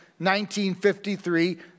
1953